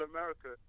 America